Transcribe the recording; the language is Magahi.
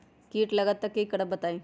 कीट लगत त क करब बताई?